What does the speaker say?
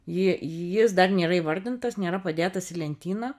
jie jis dar nėra įvardintas nėra padėtas į lentyną